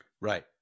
Right